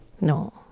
No